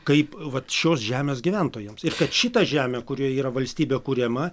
kaip vat šios žemės gyventojams ir kad šita žemė kurioje yra valstybė kuriama